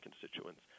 constituents